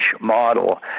model